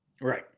Right